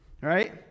right